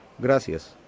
Gracias